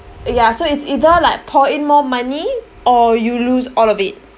ya so it's either like pour in more money or you lose all of it